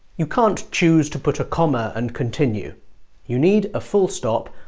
you can't choose to put a comma and continue you need a full stop,